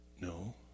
no